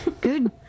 Good